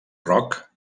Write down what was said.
roc